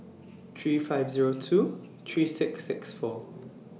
three five Zero two three six six four